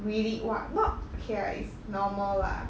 really !wah! not okay lah it's normal lah